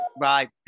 Right